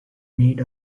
need